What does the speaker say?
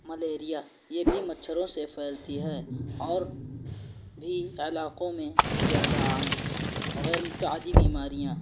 malaria یہ بھی مچھروں سے پھیلتی ہے اور بھی علاقوں میں زیادہ عام ہیں غیرمتعدی بیماریاں